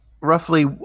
roughly